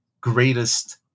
greatest